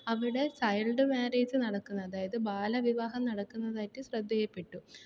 അവിടെ child marriage നടക്കുന്നു അതായത് ബാല വിവാഹം നടക്കുന്നതായിട്ട് ശ്രദ്ധയിൽപ്പെട്ടു